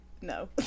no